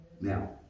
Now